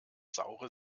saure